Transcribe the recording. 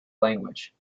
language